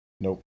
Nope